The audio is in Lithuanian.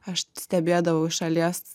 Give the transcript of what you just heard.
aš stebėdavau iš šalies